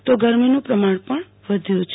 તો ગરમીનું પ્રમાણ પણ વધ્યું છે